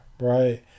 Right